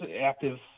active